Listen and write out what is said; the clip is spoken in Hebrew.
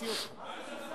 תוציאי את,